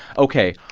ok,